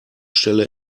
stelle